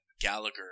Gallagher